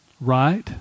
right